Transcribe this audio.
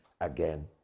again